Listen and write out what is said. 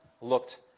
looked